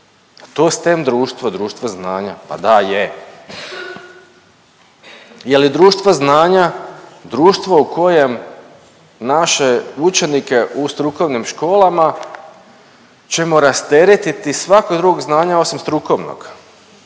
je STEM društvo, društvo znanja, pa da je. Je li društvo znanja društvo u kojem naše učenike u strukovnim školama ćemo rasteretiti svakog drugog znanja osim strukovnog